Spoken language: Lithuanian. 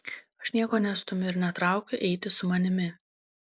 aš nieko nestumiu ir netraukiu eiti su manimi